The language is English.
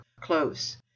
close